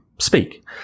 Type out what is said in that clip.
speak